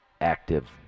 active